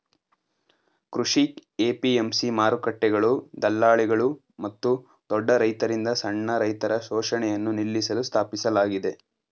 ಕೃಷಿ ಎ.ಪಿ.ಎಂ.ಸಿ ಮಾರುಕಟ್ಟೆಗಳು ದಳ್ಳಾಳಿಗಳು ಮತ್ತು ದೊಡ್ಡ ರೈತರಿಂದ ಸಣ್ಣ ರೈತರ ಶೋಷಣೆಯನ್ನು ನಿಲ್ಲಿಸಲು ಸ್ಥಾಪಿಸಲಾಗಿದೆ